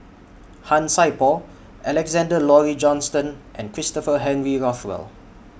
Han Sai Por Alexander Laurie Johnston and Christopher Henry Rothwell